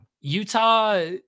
Utah